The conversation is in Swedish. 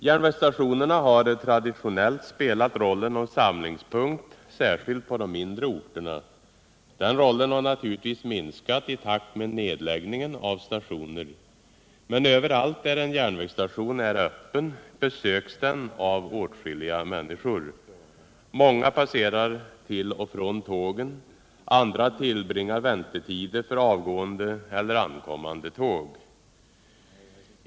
Järnvägsstationerna har traditionellt spelat rollen som samlingspunkt, särskilt på de mindre orterna. Den rollen har naturligtvis minskat i takt med nedläggningen av stationer. Men överallt där en järnvägsstation är öppen besöks den av åtskilliga människor. Många passerar den till och från tågen. Andra tillbringar där sina väntetider för avgående eller ankommande tåg.